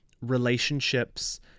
relationships